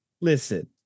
listen